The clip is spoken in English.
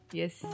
yes